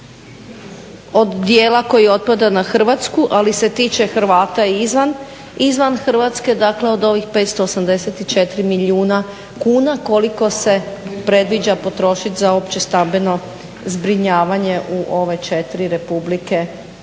od dijela koji otpada na Hrvatsku, ali se tiče i Hrvata izvan Hrvatske, dakle od ovih 584 milijuna kuna koliko se predviđa potrošit za opće stambeno zbrinjavanje u ove četiri države